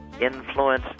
influence